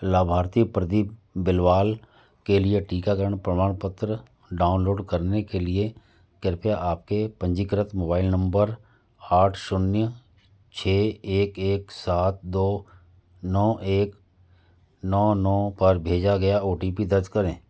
लाभार्थी प्रदीप बिलवाल के लिए टीकाकरण प्रमाणपत्र डाउनलोड करने के लिए कृपया आपके पंजीकृत मोबाइल नम्बर आठ शून्य छः एक एक सात दो नौ एक नौ नौ पर भेजा गया ओ टी पी दर्ज करें